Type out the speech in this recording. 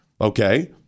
Okay